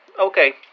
okay